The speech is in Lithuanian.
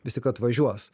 vis tik atvažiuos